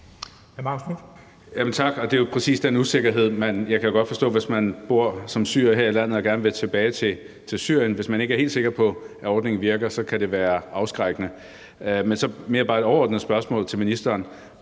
Tak. Det er jo præcis den usikkerhed, som jeg godt kan forstå man har, hvis man som syrer bor her i landet og gerne vil tilbage til Syrien, for hvis man ikke er helt sikker på, at ordningen virker, kan det være afskrækkende. Men så har jeg bare et mere overordnet spørgsmål til ministeren.